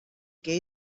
que